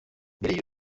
mbere